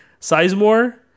Sizemore